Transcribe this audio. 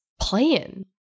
plan